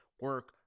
Work